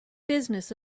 business